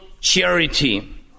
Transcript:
charity